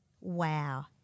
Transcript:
wow